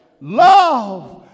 Love